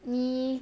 你